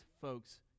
folks